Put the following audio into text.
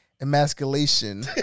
emasculation